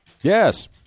Yes